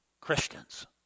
Christians